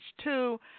two